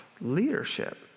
leadership